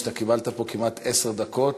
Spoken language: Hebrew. שאתה קיבלת פה כמעט עשר דקות,